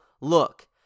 look